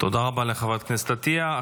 תודה רבה לחברת הכנסת עטיה.